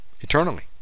Eternally